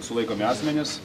sulaikomi asmenys